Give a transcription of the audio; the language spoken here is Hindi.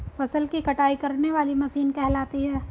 फसल की कटाई करने वाली मशीन कहलाती है?